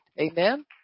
Amen